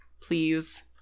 Please